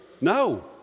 No